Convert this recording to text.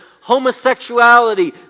homosexuality